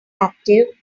active